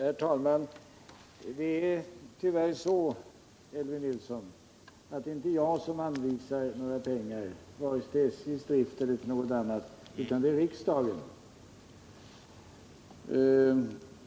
Herr talman! Tyvärr, Elvy Nilsson, är det inte jag som anvisar pengar vare sig till SJ:s drift eller till något annat, utan det är riksdagen.